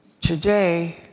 Today